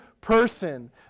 person